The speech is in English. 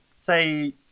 say